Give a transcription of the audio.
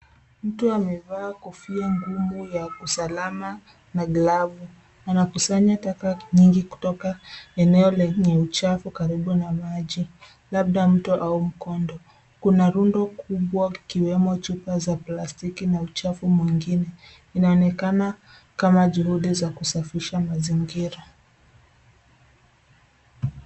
Mtu amevaa kofia ngumu ya usalama na glavu. Anakusanya taka nyingi kutoka eneo lenye uchafu karibu na maji labda mto au mkono. Kuna rundo kubwa ikiwemo chupa za plastiki na uchafu mwingine. Inaonekana kama juhudi za kusafisha mazingira.